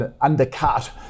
undercut